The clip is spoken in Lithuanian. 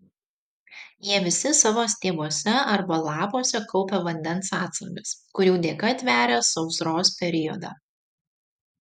jie visi savo stiebuose arba lapuose kaupia vandens atsargas kurių dėka tveria sausros periodą